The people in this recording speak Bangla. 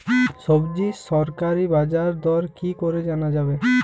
সবজির সরকারি বাজার দর কি করে জানা যাবে?